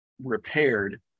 repaired